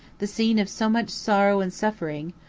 the scene of so much sorrow and suffering,